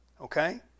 okay